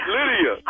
Lydia